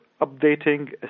updating